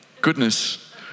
goodness